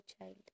child